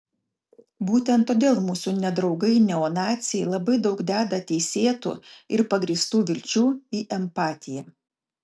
būtent todėl mūsų nedraugai neonaciai labai daug deda teisėtų ir pagrįstų vilčių į empatiją